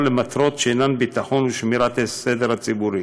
למטרות שאינן ביטחון ושמירת הסדר הציבורי.